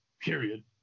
period